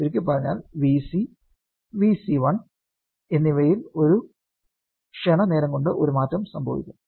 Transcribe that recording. ചുരുക്കി പറഞ്ഞാൽ Vc Vc1 എന്നിവയിൽ ഒരു ക്ഷണ നേരം കൊണ്ട് ഒരു മാറ്റം സംഭവിക്കും